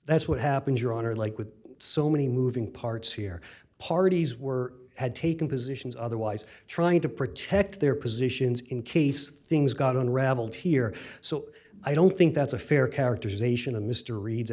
that's what happened your honor like with so many moving parts here parties were had taken positions otherwise trying to protect their positions in case things got unraveled here so i don't think that's a fair characterization of mr re